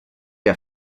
der